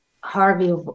Harvey